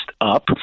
up